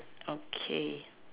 okay